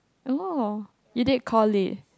oh you did core Lit